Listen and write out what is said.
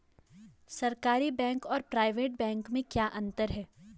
सरकारी बैंक और private bank में क्या क्या अंतर हैं?